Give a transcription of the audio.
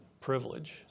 privilege